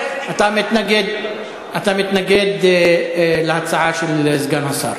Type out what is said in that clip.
אתה מתנגד להצעה של סגן השר.